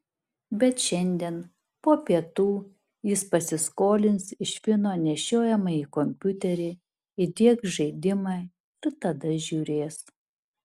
bet šiandien po pietų jis pasiskolins iš fino nešiojamąjį kompiuterį įdiegs žaidimą ir tada žiūrės